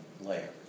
layer